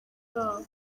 bwabo